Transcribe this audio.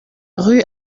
rue